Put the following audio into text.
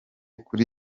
kuri